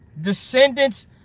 Descendants